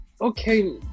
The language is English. okay